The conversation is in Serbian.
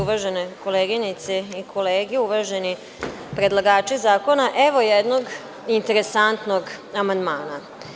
Uvažene koleginice i kolege, uvaženi predlagači zakona, evo jednog interesantnog amandmana.